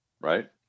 right